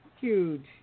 huge